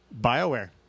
BioWare